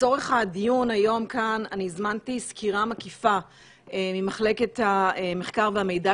לצורך הדיון היום כאן אני הזמנתי סקירה מקיפה ממחלקת המחקר והמידע